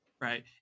right